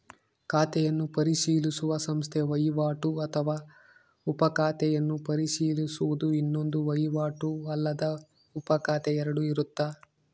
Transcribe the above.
ಖಾತೆಯನ್ನು ಪರಿಶೀಲಿಸುವ ಸಂಸ್ಥೆ ವಹಿವಾಟು ಅಥವಾ ಉಪ ಖಾತೆಯನ್ನು ಪರಿಶೀಲಿಸುವುದು ಇನ್ನೊಂದು ವಹಿವಾಟು ಅಲ್ಲದ ಉಪಖಾತೆ ಎರಡು ಇರುತ್ತ